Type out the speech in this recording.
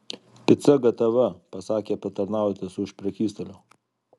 pica gatava pasakė patarnautojas už prekystalio